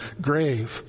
grave